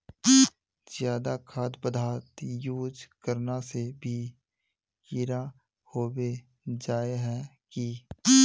ज्यादा खाद पदार्थ यूज करना से भी कीड़ा होबे जाए है की?